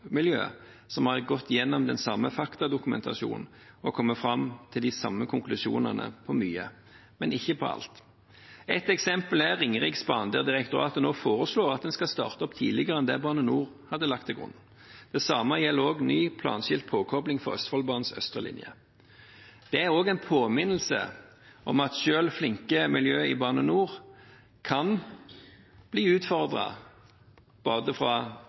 som har gått gjennom den samme faktadokumentasjonen og kommet fram til de samme konklusjonene på mye – men ikke på alt. Et eksempel er Ringeriksbanen, der direktoratet nå foreslår at man skal starte opp tidligere enn det Bane Nor hadde lagt til grunn. Det samme gjelder ny planskilt påkobling for Østfoldbanens østre linje. Det er også en påminnelse om at selv flinke miljøer i Bane NOR kan bli